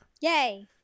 Yay